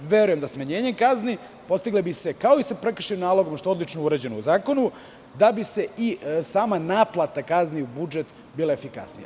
Verujem da bi se smanjenjem kazni postiglo, kao i sa prekršajnim nalogom, što je odlično urađeno u zakonu, da i sama naplata kazni u budžet bude efikasnija.